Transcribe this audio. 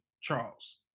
Charles